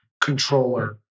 controller